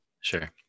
Sure